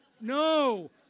No